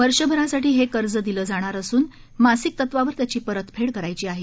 वर्षभरासाठी हे कर्ज दिले जाणार असून मासिक तत्त्वावर त्याची परतफेड करायची आहे